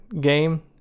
game